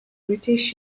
british